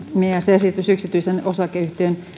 esitys yksityisen osakeyhtiön